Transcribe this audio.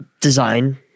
design